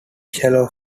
shallow